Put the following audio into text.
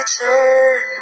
Return